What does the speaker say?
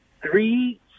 three